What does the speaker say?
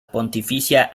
pontificia